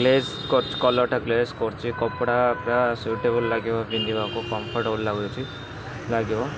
glaze କରୁଛି କଲର୍ଟା glaze କରୁଛି କପଡ଼ାଟା ସୁଇଟେବୁଲ୍ ଲାଗିବ ପିନ୍ଧିବାକୁ କମ୍ଫଟେବୁଲ୍ ଲାଗୁଛି ଲାଗିବ